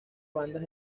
bandas